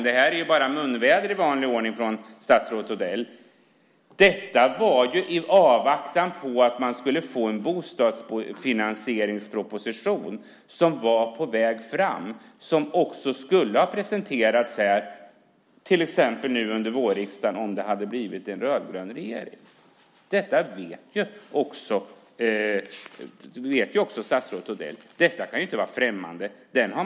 Det här är bara munväder, i vanlig ordning, från statsrådet Odell. Detta gjordes i avvaktan på att man skulle få fram en bostadsfinansieringsproposition, som var på väg fram och som också skulle ha presenterats här till exempel nu under vårriksdagen, om det hade blivit en rödgrön regering. Detta vet ju också statsrådet Odell. Detta kan inte vara främmande.